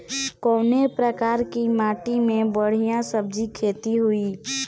कवने प्रकार की माटी में बढ़िया सब्जी खेती हुई?